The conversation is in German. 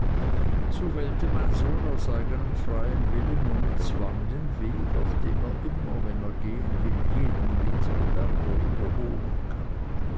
so wählte mein sohn aus eignem freien willen ohne zwang den weg auf dem er immer wenn er will jeden mitbewerber überholen kann